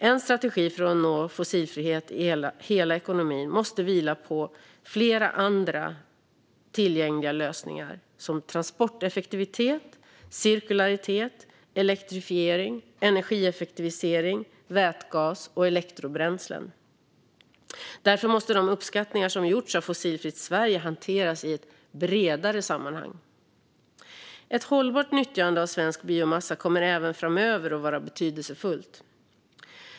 En strategi för att nå fossilfrihet i hela ekonomin måste vila på flera andra tillgängliga lösningar, som transporteffektivitet, cirkularitet, elektrifiering, energieffektivisering, vätgas och elektrobränslen. Därför måste de uppskattningar som har gjorts av Fossilfritt Sverige hanteras i ett bredare sammanhang. Ett hållbart nyttjande av svensk biomassa kommer även framöver att vara betydelsefullt.